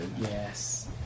yes